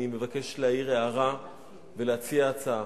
אני מבקש להעיר הערה ולהציע הצעה.